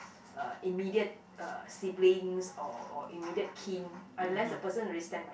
uh immediate uh siblings or or immediate kin unless the person really stand by